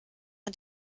man